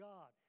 God